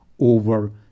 over